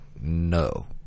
no